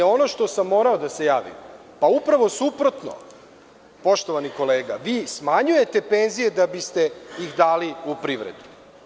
Ono što sam morao da se javim, pa upravo suprotno, poštovani kolega, vi smanjujete penzije da biste ih dali u privredu.